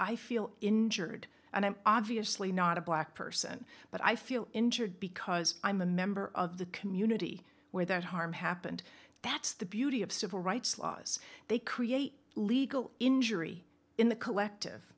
i feel injured and i'm obviously not a black person but i feel injured because i'm a member of the community where that harm happened that's the beauty of civil rights laws they create legal injury in the collective